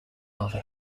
other